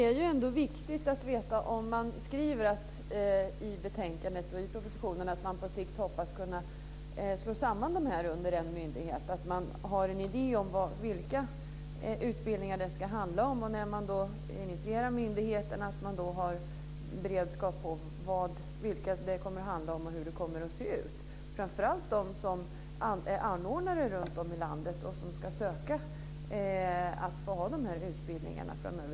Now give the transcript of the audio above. Fru talman! I betänkandet och i propositionen framgår det att man på sikt hoppas kunna slå samman dessa under en myndighet. Man har en idé om vilka utbildningar det ska handla om, och när myndigheten initieras ska det finnas en beredskap om vilka utbildningar det ska handla om och hur det ska se ut. Det gäller framför allt de anordnare som finns runtom i landet och som ska ansöka om att ge utbildningarna framöver.